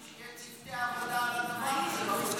שיהיו צוותי עבודה על הדבר הזה.